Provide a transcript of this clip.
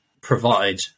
provide